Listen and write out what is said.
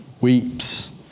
weeps